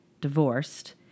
divorced